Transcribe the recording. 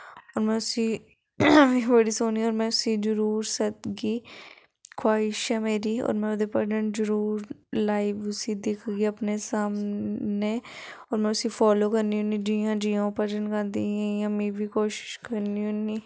ओह् में उस्सी बड़ी सुनेदा में उस्सी जरूर सद्गी ख्वाहिश ऐ मेरी और ओह्दे भजन जरूर लाइव उस्सी दिक्खगी अपने सामने और में उस्सी फॉलो करनी होन्नी जि'यां जि'यां ओह् भजन गांदी इ'यां इ'यां मीं बी कोशिश करनी होन्नी